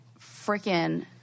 freaking